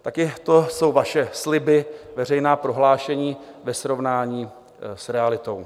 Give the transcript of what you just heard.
Také to jsou vaše sliby, veřejná prohlášení ve srovnání s realitou.